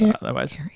otherwise